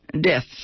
death